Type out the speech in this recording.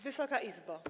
Wysoka Izbo!